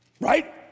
Right